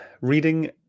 reading